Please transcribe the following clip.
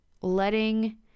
letting